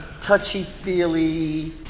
touchy-feely